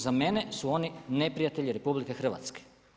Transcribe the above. Za mene su oni neprijatelji RH.